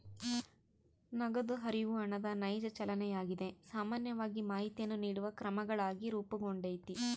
ನಗದು ಹರಿವು ಹಣದ ನೈಜ ಚಲನೆಯಾಗಿದೆ ಸಾಮಾನ್ಯವಾಗಿ ಮಾಹಿತಿಯನ್ನು ನೀಡುವ ಕ್ರಮಗಳಾಗಿ ರೂಪುಗೊಂಡೈತಿ